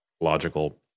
logical